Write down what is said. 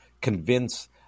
convince